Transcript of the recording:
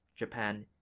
japan,